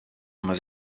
nummer